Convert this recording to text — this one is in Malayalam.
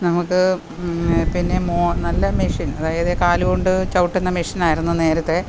നമുക്ക് പിന്നെ നല്ല മെഷിൻ അതായത് കാല് കൊണ്ട് ചവിട്ടുന്ന മെഷീൻ ആയിരുന്നു നേരത്തെ